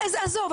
עזוב,